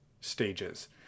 stages